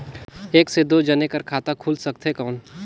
एक से दो जने कर खाता खुल सकथे कौन?